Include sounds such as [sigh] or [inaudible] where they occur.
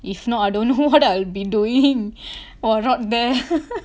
if not I don't what I'll be doing [breath] or not there